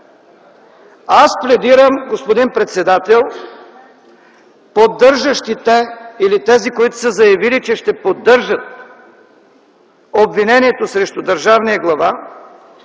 Аз пледирам, господин председател, поддържащите или тези, които са заявили, че ще поддържат обвинението срещу държавния глава,